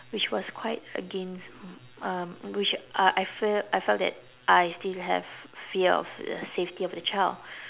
which was quite against um which uh I felt I felt that I still have fear of the safety of the child